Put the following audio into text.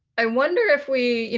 i wonder if we.